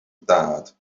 dad